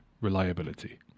reliability